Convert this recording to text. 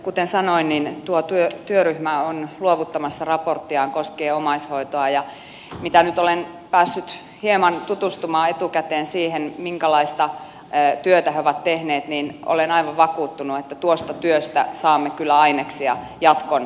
kuten sanoin tuo työryhmä on luovuttamassa raporttiaan koskien omaishoitoa ja mitä nyt olen päässyt hieman tutustumaan etukäteen siihen minkälaista työtä he ovat tehneet niin olen aivan vakuuttunut että tuosta työstä saamme kyllä aineksia jatkoon